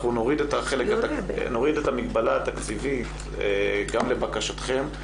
אנחנו נוריד את המגבלה התקציבית גם לבקשתכם.